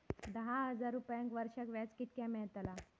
दहा हजार रुपयांक वर्षाक व्याज कितक्या मेलताला?